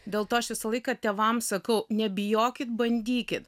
dėl to aš visą laiką tėvams sakau nebijokit bandykit